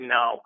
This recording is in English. no